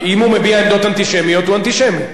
אם הוא מביע דעות אנטישמיות הוא אנטישמי.